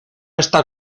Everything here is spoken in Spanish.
esta